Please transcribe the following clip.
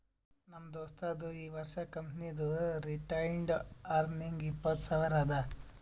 ನಮ್ ದೋಸ್ತದು ಈ ವರ್ಷ ಕಂಪನಿದು ರಿಟೈನ್ಡ್ ಅರ್ನಿಂಗ್ ಇಪ್ಪತ್ತು ಸಾವಿರ ಅದಾ